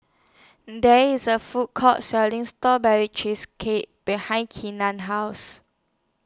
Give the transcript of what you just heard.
There IS A Food Court Selling Strawberry Cheesecake behind Kenan's House